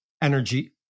energy